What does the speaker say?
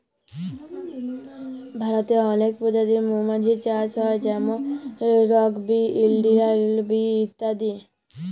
ভারতে অলেক পজাতির মমাছির চাষ হ্যয় যেমল রক বি, ইলডিয়াল বি ইত্যাদি